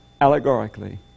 allegorically